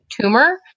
tumor